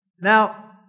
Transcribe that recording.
Now